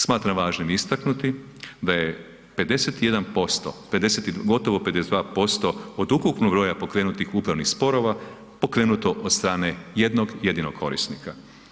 Smatram važnim istaknuti da je 51%, gotovo 52% od ukupnog broja pokrenutih upravnih sporova, pokrenuto od strane jednog jedinog korisnika.